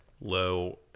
low